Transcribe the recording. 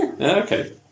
Okay